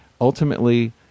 ultimately